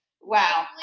Wow